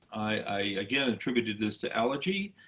i, again, attributed this to allergy.